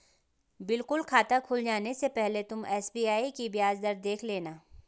बिल्कुल खाता खुल जाने से पहले तुम एस.बी.आई की ब्याज दर देख लेना